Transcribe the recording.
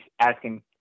asking